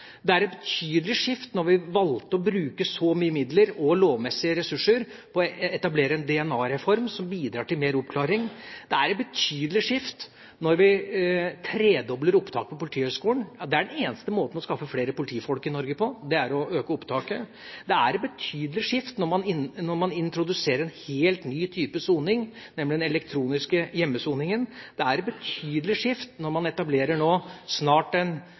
Det er et betydelig skifte når vi valgte å bruke så mye midler og lovmessige ressurser på å etablere en DNA-reform som bidrar til mer oppklaring. Det er et betydelig skifte når vi tredobler opptaket til Politihøgskolen – ja, den eneste måten å skaffe flere politifolk i Norge på er å øke opptaket. Det er et betydelig skifte når man introduserer en helt ny type soning, nemlig den elektroniske hjemmesoningen. Det er et betydelig skifte når man nå snart etablerer den